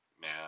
man